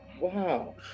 Wow